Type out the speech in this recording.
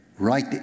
right